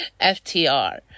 FTR